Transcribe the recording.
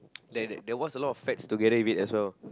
there there was a lot of fats together with it as well